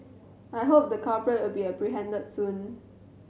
I hope the culprit will be apprehended soon